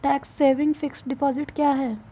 Tax saving fixed deposit क्या है?